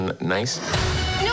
Nice